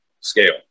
scale